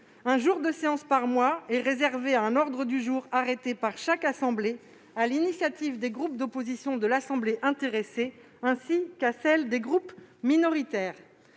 Un jour de séance par mois est réservé à un ordre du jour arrêté par chaque assemblée, à l'initiative des groupes d'opposition de l'assemblée intéressée, ainsi qu'à celle des groupes minoritaires.